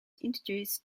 introduced